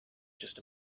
just